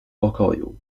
pokoju